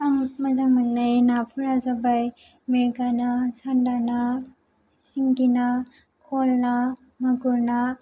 आं मोजां मोननाय नाफोरा जाबाय मिर्गा ना चान्दा ना सिंगि ना खल ना मागुर ना